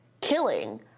killing